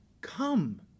Come